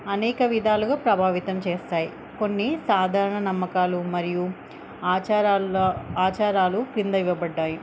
అనేక విధాలుగా ప్రభావితం చేస్తాయి కొన్ని సాధారణ నమ్మకాలు మరియు ఆచారాల్లో ఆచారాలు క్రింద ఇవ్వబడ్డాయి